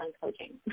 coaching